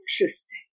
interesting